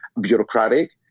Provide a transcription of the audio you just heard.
bureaucratic